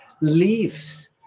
leaves